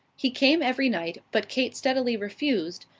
he came every night, but kate steadily refused,